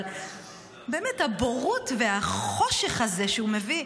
אבל באמת, הבורות והחושך הזה שהוא מביא.